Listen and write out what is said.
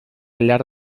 llar